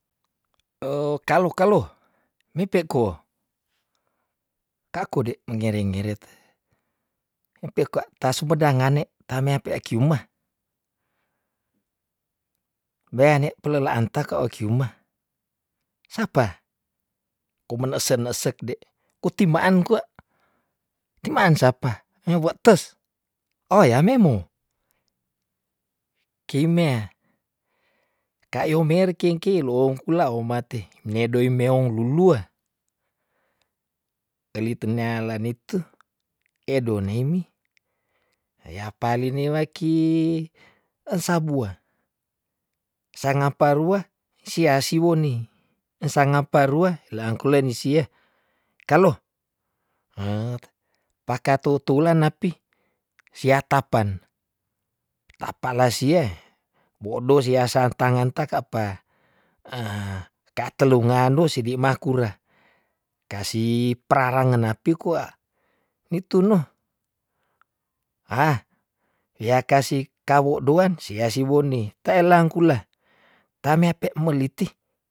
kalo kalo, mi pe ko, kako de mengere- ngeret impe kwa tase beda ngane tamea pea kiuma, beane pelela anta keo kiuma, sapa, kumele sene sekde utimaan kwa, timaan sapa niwa tes oyah memou, kimea ka yo mer king- kilung kulaung mate ngedoi meong lulua, teli tenealen itu, edon heimi heapali ne waki sabuah sangapa rua sia siwoni esangapa rua ilang kule nisia, kalo paka tu tulan napi sia tapan, ta pa lasia bo doh siasan tangen ta ka pa ka telu nga lu sidi ma kura kasi pra- range napi kwa, nitu noh "hah" wea kasi kawo doan sia siwone taelang kula tamea pe meliti.